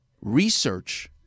research